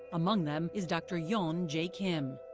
among them is dr. yon j kim.